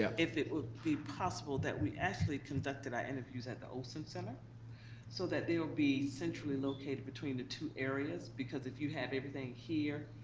yeah if it would be possible that we actually conducted our interviews at the olson center so that they'll be centrally located between the two areas. because if you have everything here,